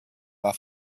war